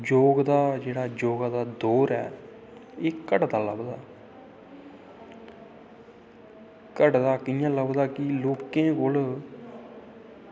योग दा जेह्ड़ा योगा दा दौर ऐ एह् घटदा लब्भदा घटदा कियां लभदा कि लोकें कोल